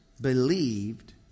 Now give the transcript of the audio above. believed